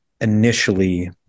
initially